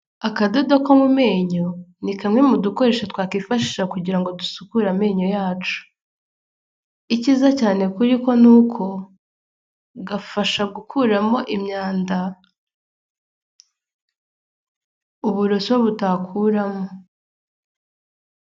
Akadodo ko mu menyo ni kamwe mu dukoresho twakwifashwa kugira ngo dusukure amenyo yacu ni uko gafasha gukuramo imyanda uburoso butakuramo.